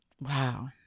Wow